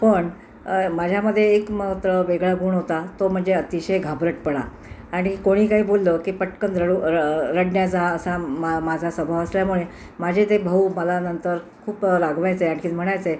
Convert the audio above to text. पण माझ्यामध्ये एक मात्र वेगळा गुण होता तो म्हणजे अतिशय घाबरटपणा आणि कोणी काही बोललं की पटकन रडू रडण्याचा असा मा माझा स्वभाव असल्यामुळे माझे ते भाऊ मला नंतर खूप रागावायचे आणखीन म्हणायचे